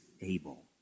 able